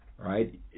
right